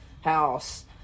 house